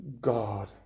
God